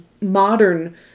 modern